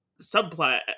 subplot